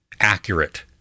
accurate